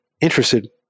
interested